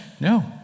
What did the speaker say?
No